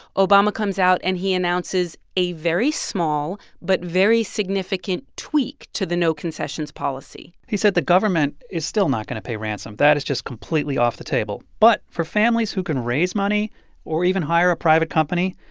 obama comes out, and he announces a very small but very significant tweak to the no concessions policy he said the government is still not going to pay ransom. that is just completely off the table. but for families who can raise money or even hire a private company,